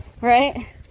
Right